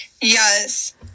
Yes